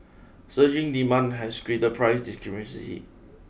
surging demand has create the price discrepancy